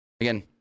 Again